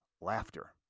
laughter